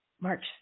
March